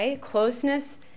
Closeness